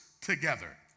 together